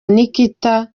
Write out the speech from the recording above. nikita